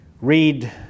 read